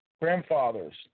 grandfathers